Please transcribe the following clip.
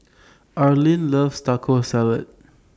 Arlin loves Taco Salad